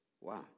wow